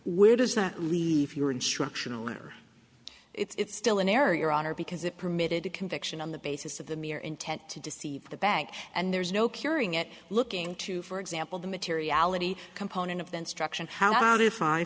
where does that leave your instructional or it's still an error your honor because it permitted a conviction on the basis of the mere intent to deceive the bank and there's no curing it looking to for example the materiality component of the instruction how about if i